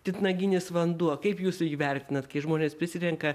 titnaginis vanduo kaip jūs jį vertinat kai žmonės prisirenka